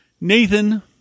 Nathan